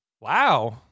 Wow